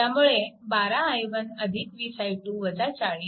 त्यामुळे 12 i1 20 i2 40 0